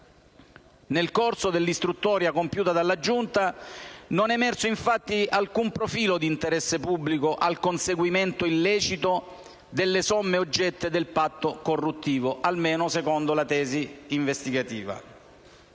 Nel corso dell'istruttoria compiuta dalla Giunta, non è emerso, infatti, alcun profilo di interesse pubblico al conseguimento illecito delle somme oggetto del patto corruttivo, almeno secondo la tesi investigativa.